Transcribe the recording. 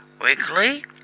Weekly